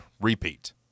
repeat